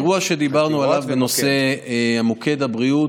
באירוע שדיברנו עליו, בנושא מוקד הבריאות,